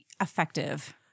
Effective